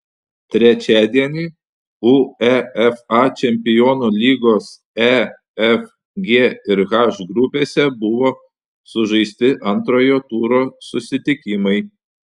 trečiadienį uefa čempionų lygos e f g ir h grupėse buvo sužaisti antrojo turo susitikimai